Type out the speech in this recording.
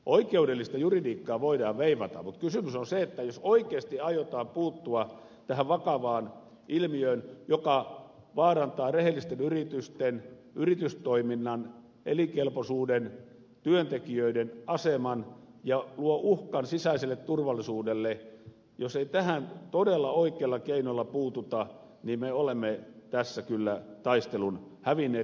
oikeudellista juridiikkaa voidaan veivata mutta kysymys on siitä että jos oikeasti aiotaan puuttua tähän vakavaan ilmiöön joka vaarantaa rehellisten yritysten yritystoiminnan elinkelpoisuuden ja työntekijöiden aseman ja luo uhkan sisäiselle turvallisuudelle niin jos ei tähän todella oikealla keinolla puututa niin me olemme tässä kyllä taistelun hävinneet